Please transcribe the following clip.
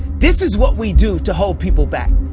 this is what we do to hold people back.